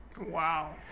Wow